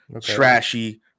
Trashy